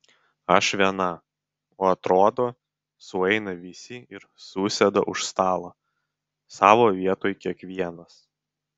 aš viena o atrodo sueina visi ir susėda už stalo savo vietoj kiekvienas